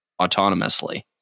autonomously